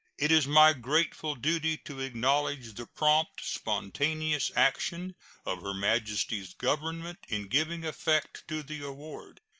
it is my grateful duty to acknowledge the prompt, spontaneous action of her majesty's government in giving effect to the award.